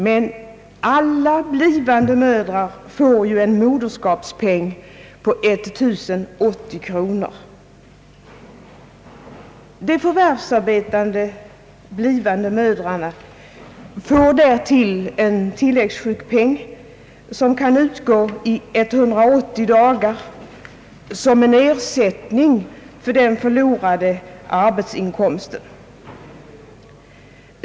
Men alla blivande mödrar får ju en moderskapspenning på 1080 kr. De förvärvsarbetande blivande mödrarna får därtill en tilläggssjukpenning som utgår i 180 dagar såsom en ersättning för den förlorade arbetsin komsten.